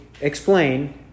explain